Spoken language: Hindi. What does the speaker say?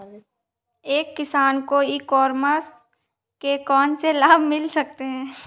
एक किसान को ई कॉमर्स के कौनसे लाभ मिल सकते हैं?